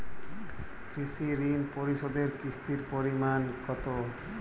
কৃষি ঋণ পরিশোধের কিস্তির পরিমাণ কতো?